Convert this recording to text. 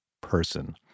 person